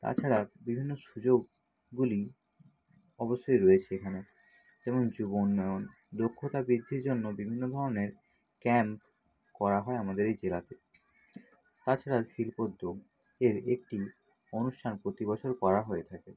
তাছাড়া বিভিন্ন সুযোগগুলি অবশ্যই রয়েছে এখানে যেমন জুবনেয় দক্ষতা বৃদ্ধির জন্য বিভিন্ন ধরনের ক্যাম্প করা হয় আমাদের এই জেলাতে তাছাড়া শিল্পোদ্যোগ এর একটি অনুষ্ঠান প্রতি বছর করা হয়ে থাকে